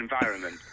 environment